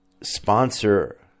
sponsor